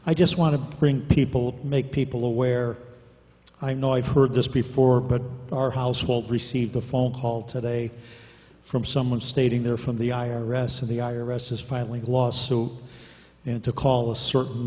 i just want to bring people make people aware i know i've heard this before but our household received a phone call today from someone stating they're from the i r s and the i r s is filing a lawsuit and to call a certain